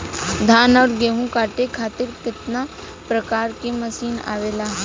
धान और गेहूँ कांटे खातीर कितना प्रकार के मशीन आवेला?